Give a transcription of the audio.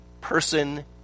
person